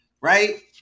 right